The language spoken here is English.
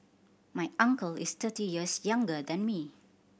my uncle is thirty years younger than me